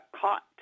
caught